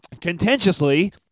contentiously